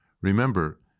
Remember